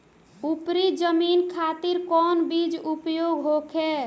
उपरी जमीन खातिर कौन बीज उपयोग होखे?